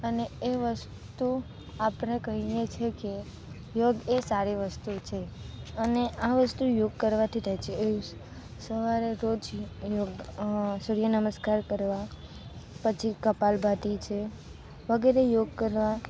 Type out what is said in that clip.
અને એ વસ્તુ આપણે કહીએ છીએ કે યોગ એ સારી વસ્તુ છે અને આ વસ્તુ યોગ કરવાથી થાય છે એ સવારે રોજ યોગ સૂર્ય નમસ્કાર કરવા પછી કપાલભાતી છે વગેરે યોગ કરવા